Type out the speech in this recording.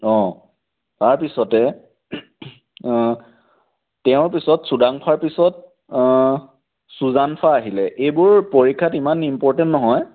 অঁ তাৰপিছতে তেওঁৰ পিছত চুডাংফাৰ পিছত অঁ চুজানফা আহিলে এইবোৰ পৰীক্ষাত ইমান ইম্পৰটেণ্ট নহয়